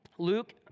Luke